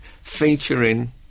featuring